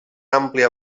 àmplia